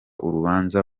urubanza